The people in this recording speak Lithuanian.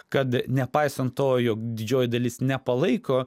kad nepaisant to jog didžioji dalis nepalaiko